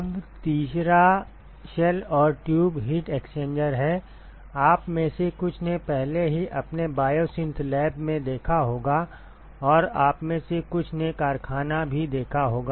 अब तीसरा शेल और ट्यूब हीट एक्सचेंजर है आप में से कुछ ने पहले ही अपनी बायोसिंथ लैब में देखा होगा और आप में से कुछ ने कारखाना भी देखा होगा